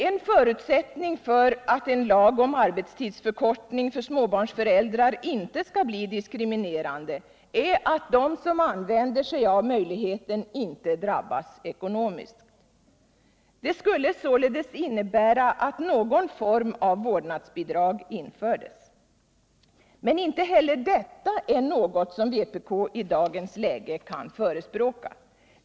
En förutsättning för att en lag om arbetstidsförkortning för småbarnsföräldrar inte skall bli diskriminerande är att de som använder sig av möjligheten inte drabbas ekonomiskt. Det skulle således innebära att någon form av vårdnadsbidrag infördes. Men inte heller detta är något som vpk i dagens läge kan förespråka.